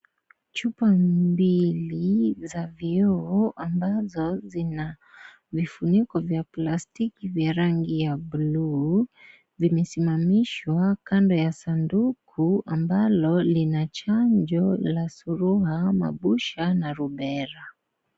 Chupa mbili mbili ya vioo ambazo zina vifuniko bvya plastiki ya rangi ya buluu, vimesimamishwa kando ya sanduku ambalo lina chanjo la surua, mabusha na rubella.